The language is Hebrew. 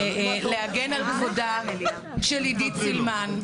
להגן על כבודה של עידית סילמן.